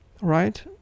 right